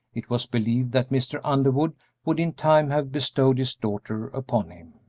it was believed that mr. underwood would in time have bestowed his daughter upon him.